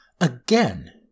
Again